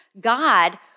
God